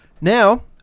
Now